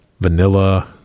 vanilla